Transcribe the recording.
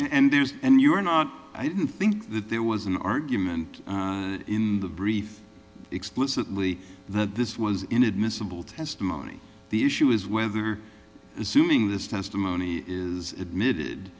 n and there was and you were not i didn't think that there was an argument in the brief explicitly that this was inadmissible testimony the issue is whether assuming this testimony is admitted